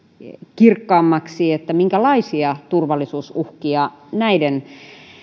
kirkkaammaksi minkälaisia turvallisuusuhkia näiden